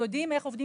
הוא מנוהל ומטופל.